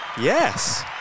Yes